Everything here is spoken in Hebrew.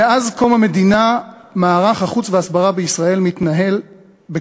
מאז קום המדינה מערך החוץ וההסברה בישראל מתנהל בכאוס.